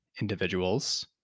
individuals